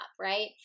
Right